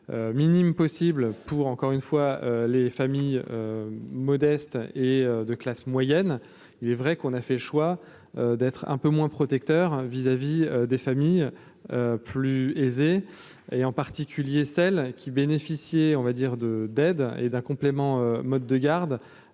minime possible pour encore une fois les familles modestes et de classe moyenne, il est vrai qu'on a fait le choix d'être un peu moins protecteur vis-à-vis des familles plus aisées et en particulier celles qui bénéficiaient, on va dire de d'aide et d'un complément mode de garde